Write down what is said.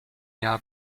jahr